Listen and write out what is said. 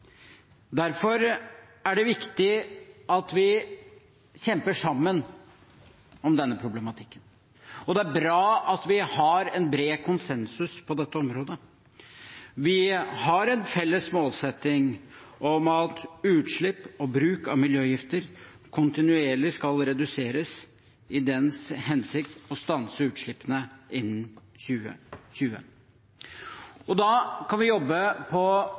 Derfor er det viktig at vi kjemper sammen om denne problematikken. Det er bra at vi har en bred konsensus på dette området. Vi har en felles målsetting om at utslipp og bruk av miljøgifter kontinuerlig skal reduseres i den hensikt å stanse utslippene innen 2020. Da kan vi jobbe på